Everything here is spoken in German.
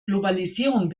globalisierung